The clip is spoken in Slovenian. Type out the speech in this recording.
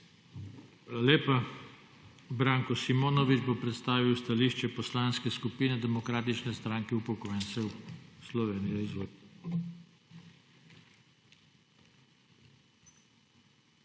lepa. Branko Simonovič bo predstavil stališče poslanske skupine Demokratične stranke upokojencev Slovenije. Izvolite.